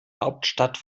hauptstadt